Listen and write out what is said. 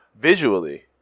visually